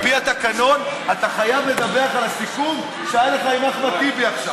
על פי התקנון אתה חייב לדווח על הסיכום שהיה לך עם אחמד טיבי עכשיו.